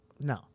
No